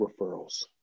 referrals